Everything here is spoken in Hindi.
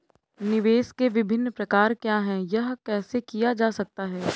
निवेश के विभिन्न प्रकार क्या हैं यह कैसे किया जा सकता है?